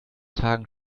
tagen